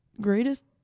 greatest